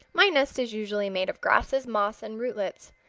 my nest is usually made of grasses, moss and rootlets.